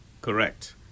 Correct